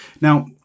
Now